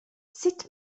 sut